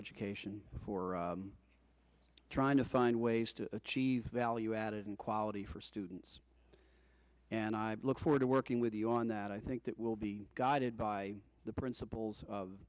education for trying to find ways to achieve value added and quality for students and i look forward to working with you on that i think that will be guided by the principles of